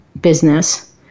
business